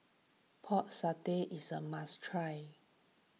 Pork Satay is a must try